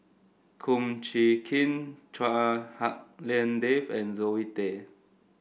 Kum Chee Kin Chua Hak Lien Dave and Zoe Tay